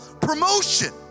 promotion